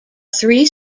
three